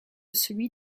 celui